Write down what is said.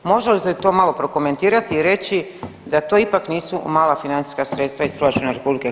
Može li te to malo prokomentirati i reći da to ipak nisu mala financijska sredstva iz proračuna RH?